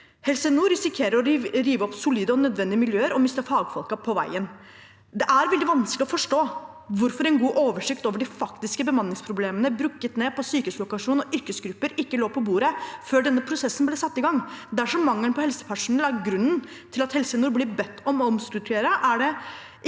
Helse nord risikerer å rive opp solide og nødvendige miljøer og miste fagfolkene på veien. Det er veldig vanskelig å forstå hvorfor en god oversikt over de faktiske bemanningsproblemene, brukket ned på sykehuslokasjon og yrkesgrupper, ikke lå på bordet før denne prosessen ble satt i gang. Dersom mangelen på helsepersonell er grunnen til at Helse nord blir bedt om å omstrukturere,